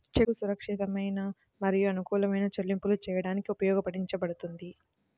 చెక్కు సురక్షితమైన, సురక్షితమైన మరియు అనుకూలమైన చెల్లింపులు చేయడానికి ఉపయోగించబడుతుంది